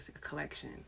collection